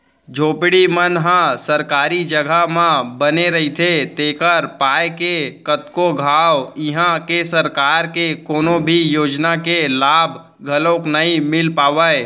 झोपड़ी मन ह सरकारी जघा म बने रहिथे तेखर पाय के कतको घांव इहां के सरकार के कोनो भी योजना के लाभ घलोक नइ मिल पावय